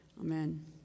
Amen